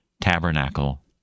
tabernacle